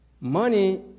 Money